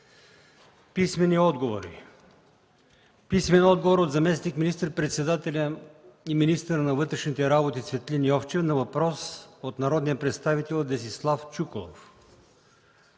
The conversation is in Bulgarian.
2014 г. Писмени отговори от: - заместник министър-председателя и министър на вътрешните работи Цветлин Йовчев на въпрос от народния представител Десислав Чуколов;